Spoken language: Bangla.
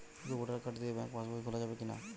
শুধু ভোটার কার্ড দিয়ে ব্যাঙ্ক পাশ বই খোলা যাবে কিনা?